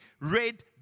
red